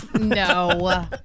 No